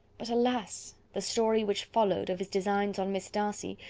but, alas! the story which followed, of his designs on miss darcy,